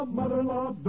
mother-in-law